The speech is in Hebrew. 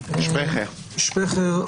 שפרכר,